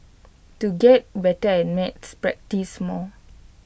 to get better at maths practise more